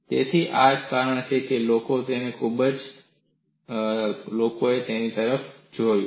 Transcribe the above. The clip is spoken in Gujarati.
તેથી આ જ કારણ છે કે લોકોએ તેની તરફ જોયું છે